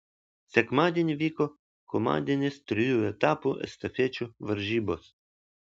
sekmadienį vyko komandinės trijų etapų estafečių varžybos